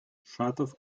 шатов